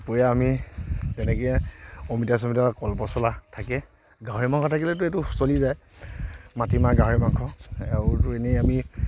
দুপৰীয়া আমি তেনেকৈ অমিতা চমিতা কল পচলা থাকে গাহৰি মাংস থাকিলেতো এইটো চলি যায় মাটিমাহ গাহৰি মাংস আৰুটো এনেই আমি